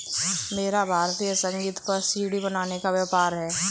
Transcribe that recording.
मेरा भारतीय संगीत पर सी.डी बनाने का व्यापार है